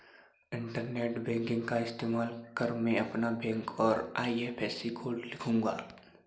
internet banking का इस्तेमाल कर मैं अपना बैंक और आई.एफ.एस.सी कोड लिखूंगा